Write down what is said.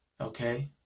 okay